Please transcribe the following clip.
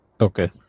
Okay